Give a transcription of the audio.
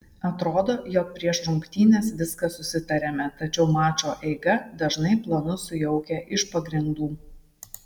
atrodo jog prieš rungtynes viską susitariame tačiau mačo eiga dažnai planus sujaukia iš pagrindų